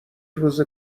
روز